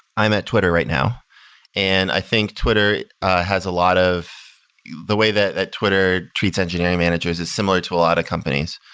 i'm at twitter right now and i think twitter has a lot of the way that twitter treats engineering managers is similar to a lot of companies,